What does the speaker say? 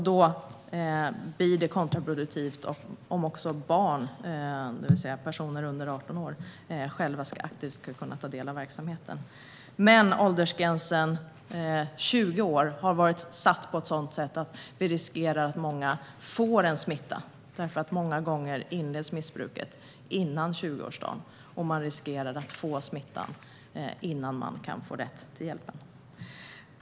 Då blir det kontraproduktivt om också personer under 18 år själva aktivt ska kunna ta del av verksamheten. Åldersgränsen 20 år har dock varit satt på ett sådant sätt att många riskerar att få en smitta. Många gånger inleds missbruket innan man har fyllt 20 år, och man riskerar då att få smittan innan man kan få rätt till hjälp.